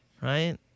Right